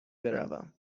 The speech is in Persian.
بروم